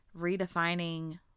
redefining